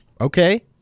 Okay